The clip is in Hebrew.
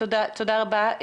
רבה.